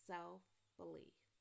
Self-Belief